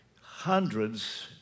hundreds